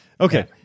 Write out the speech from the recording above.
Okay